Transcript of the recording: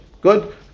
Good